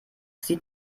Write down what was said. sieht